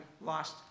lost